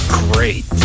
great